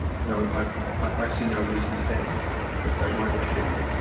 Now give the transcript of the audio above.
you know i i see no reason to doubt that they won't achieve